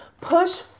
Push